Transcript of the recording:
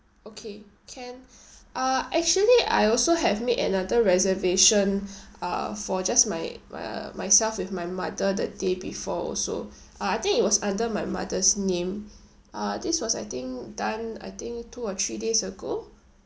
okay can uh actually I also have made another reservation uh for just my uh my myself with my mother the day before also ah I think it was under my mother's name uh this was I think done I think two or three days ago